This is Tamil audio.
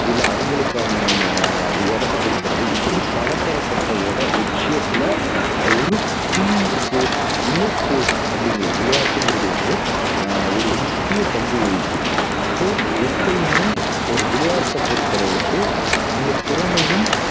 இல்லை அவங்களுக்கான இடத்த கொடுக்கறது இப்படி பலத்தரப்பட்ட இட விஷயத்தில் ஒரு டீம் ஸ்போர்ட்ஸ் இல்லை ஸ்போர்ட்ஸ் அப்படிங்கறது விளையாட்டுங்கிறது வந்து ஒரு முக்கிய பங்கு வகிக்குது ஸோ எப்போயுமே ஒரு விளையாட்டை பொறுத்த அளவலலுக்கு அங்கே திறமையும்